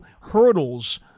hurdles